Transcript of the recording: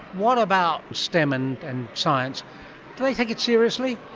what about stem and and science? do they take it seriously?